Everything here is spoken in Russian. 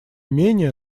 менее